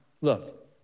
look